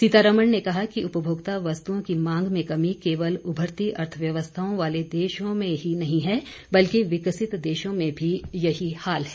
सीतारमण ने कहा कि उपभोक्ता वस्तुओं की मांग में कमी केवल उभरती अर्थव्यवस्थाओं वाले देशों में ही नहीं है बल्कि विकसित देशों में भी यही हाल है